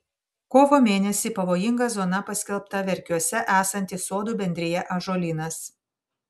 kovo mėnesį pavojinga zona paskelbta verkiuose esanti sodų bendrija ąžuolynas